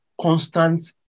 constant